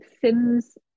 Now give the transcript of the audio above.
Sims